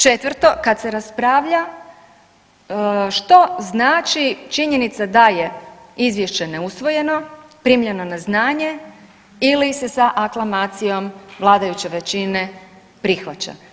Četvrto, kad se raspravlja što znači činjenica da je izvješće neusvojeno, primljeno na znanje ili se sa aklamacijom vladajuće većine prihvaća.